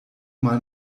mal